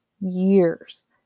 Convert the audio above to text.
years